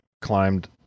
climbed